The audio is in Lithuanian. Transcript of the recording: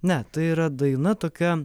ne tai yra daina tokia